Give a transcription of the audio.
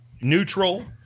neutral